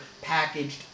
packaged